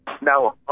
Now